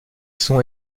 sons